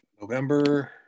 November